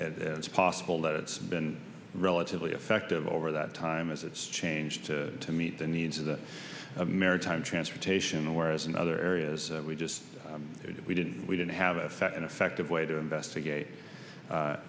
as possible that it's been relatively effective over that time as it's changed to meet the needs of the maritime transportation whereas in other areas we just didn't we didn't we didn't have a second effective way to investigate a